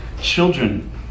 Children